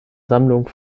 sammlung